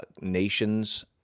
nations